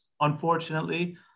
unfortunately